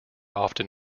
often